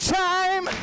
time